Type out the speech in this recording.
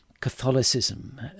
Catholicism